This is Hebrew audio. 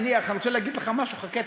אני רוצה להגיד לך משהו, חכה,